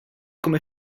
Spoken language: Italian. come